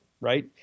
right